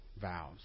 vows